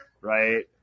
Right